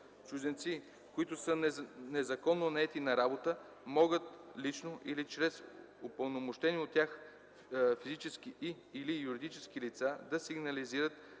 Чужденци, които са незаконно наети на работа, могат лично или чрез упълномощени от тях физически и/или юридически лица да сигнализират